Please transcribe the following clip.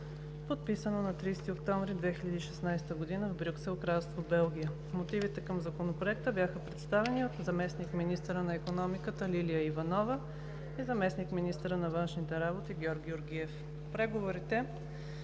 подписано на 30 октомври 2016 г. в Брюксел, Кралство Белгия. Мотивите към Законопроекта бяха представени от заместник-министъра на икономиката Лилия Иванова и заместник-министъра на външните работи Георг Георгиев. Преговорите